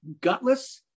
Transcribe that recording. gutless